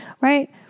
right